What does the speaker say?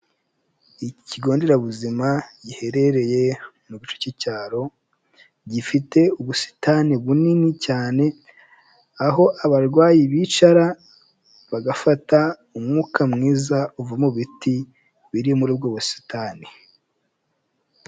Ikigonderabuzima giherereye mu gice cy'icyaro gifite ubusitani bunini cyane, aho abarwayi bicara bagafata umwuka mwiza uva mu biti biri muri ubwo busitani.